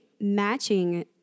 matching